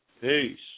peace